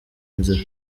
nzira